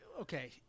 okay